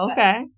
Okay